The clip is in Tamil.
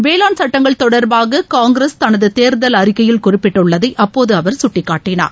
வேளாண் சுட்டங்கள் தொடர்பாக காங்கிரஸ் தனது தேர்தல் அறிக்கையில் குறிப்பிட்டுள்ளதை அப்போது அவர் சுட்டிக் காட்டினார்